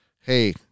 hey